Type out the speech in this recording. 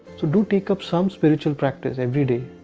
so do take up some spiritual practice every day,